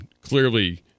clearly